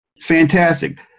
Fantastic